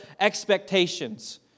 expectations